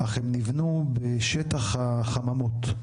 אך הם נבנו בשטח החממות.